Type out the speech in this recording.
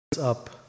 up